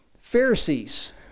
Pharisees